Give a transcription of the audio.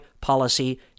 Policy